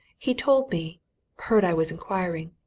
he told me heard i was inquiring.